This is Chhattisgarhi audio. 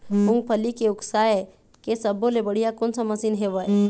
मूंगफली के उसकाय के सब्बो ले बढ़िया कोन सा मशीन हेवय?